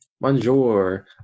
Bonjour